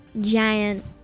giant